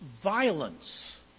violence